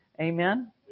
Amen